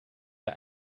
der